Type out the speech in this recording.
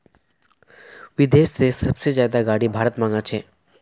विदेश से सबसे ज्यादा गाडी भारत मंगा छे